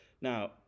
Now